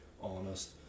honest